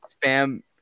spam